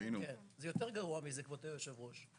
כן, זה יותר גרוע מזה, כבוד היושב ראש.